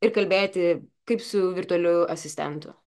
ir kalbėti kaip su virtualiu asistentu